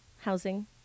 Housing